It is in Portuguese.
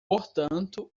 portanto